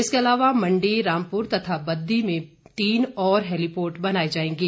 इसके अलावा मंडी रामपुर तथा बद्दी में तीन और हैलीपोर्ट बनाए जाएंगे